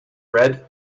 red